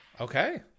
Okay